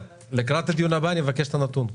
לקראת הדיון הבא אני מבקש להביא את הנתון.